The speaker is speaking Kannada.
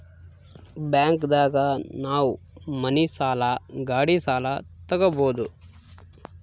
ಬ್ಯಾಂಕ್ ದಾಗ ನಾವ್ ಮನಿ ಸಾಲ ಗಾಡಿ ಸಾಲ ತಗೊಬೋದು